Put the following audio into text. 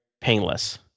painless